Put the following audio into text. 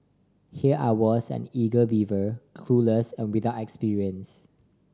here I was an eager beaver clueless and without experience